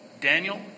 Daniel